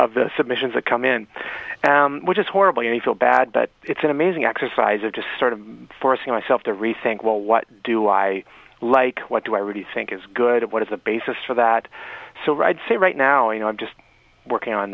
of the submissions that come in which is horribly feel bad but it's an amazing exercise of just sort of forcing myself to rethink well what do i like what do i really think is good what is the basis for that so right say right now you know i'm just working on